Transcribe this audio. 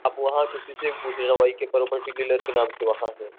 آپ وہاں کسی سے بھی پوچھ لینا وائی کے پراپرٹی ڈیلر کے نام سے وہاں ہے